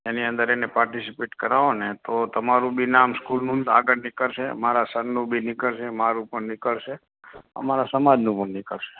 એની અંદર એને પાર્ટીસિપેટ કરાવો ને તો તમારું બી નામ સ્કૂલનું આગળ નીકળશે મારા સનનું બી નીકળશે મારું પણ નીકળશે અમારા સમાજનું પણ નીકળશે